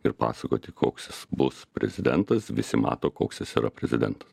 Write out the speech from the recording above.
ir pasakoti koks jis bus prezidentas visi mato koks jis yra prezidentas